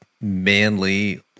manly